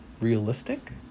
realistic